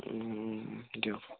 দিয়ক